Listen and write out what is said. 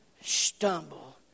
stumble